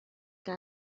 que